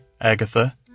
Agatha